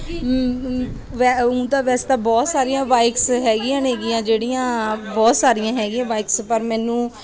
ਊਂ ਤਾਂ ਵੈਸੇ ਤਾਂ ਬਹੁਤ ਸਾਰੀਆਂ ਬਾਈਕਸ ਹੈਗੀਆਂ ਨੇਗੀਆਂ ਜਿਹੜੀਆਂ ਬਹੁਤ ਸਾਰੀਆਂ ਹੈਗੀਆਂ ਬਾਈਕਸ ਪਰ ਮੈਨੂੰ